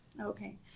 Okay